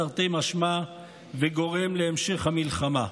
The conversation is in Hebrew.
תרתי משמע, וגורם להמשך המלחמה.